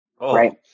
right